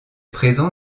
présents